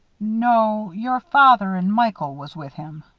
no. your father and michael was with him.